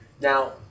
Now